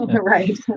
Right